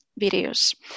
videos